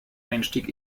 einstieg